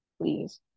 please